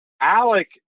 Alec